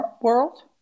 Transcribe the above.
world